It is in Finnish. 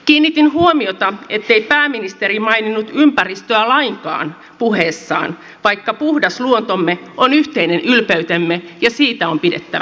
kiinnitin huomiota ettei pääministeri maininnut ympäristöä lainkaan puheessaan vaikka puhdas luontomme on yhteinen ylpeytemme ja siitä on pidettävä kiinni